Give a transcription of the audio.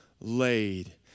laid